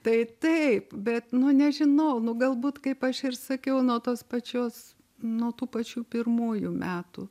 tai taip bet nu nežinau nu galbūt kaip aš ir sakiau nuo tos pačios nuo tų pačių pirmųjų metų